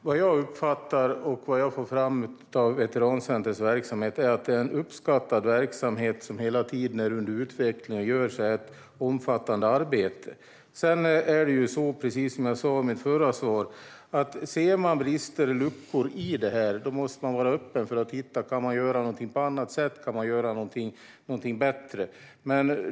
Fru talman! Vad jag uppfattar när det gäller veterancentrumets verksamhet är det en uppskattad verksamhet som hela tiden är under utveckling och gör ett omfattande arbete. Precis som jag sa i mitt förra svar: Är det så att man ser brister eller luckor i detta måste man vara öppen för att se om man kan göra någonting på ett annat sätt. Kan man göra någonting bättre?